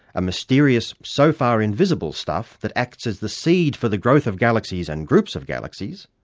a mysterious, so-far-invisible stuff that acts as the seed for the growth of galaxies and groups of galaxies.